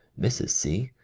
mrs. c.